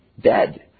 Dead